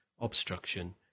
obstruction